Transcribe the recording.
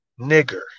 nigger